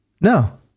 No